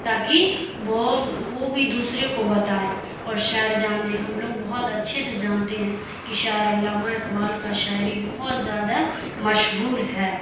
تاکہ وہ وہ بھی دوسرے کو بتائیں اور شاعر جانیں ہم لوگ بہت اچھے سے جانتے ہیں کہ شاعر علامہ اقبال کا شاعری بہت زیادہ مشہور ہے